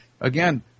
Again